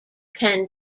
can